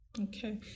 Okay